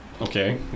Okay